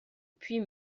puis